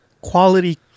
quality